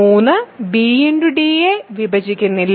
3 bd യെ വിഭജിക്കുന്നില്ല